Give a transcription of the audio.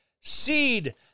seed